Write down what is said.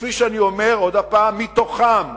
שכפי שאני אומר עוד פעם, מתוכם,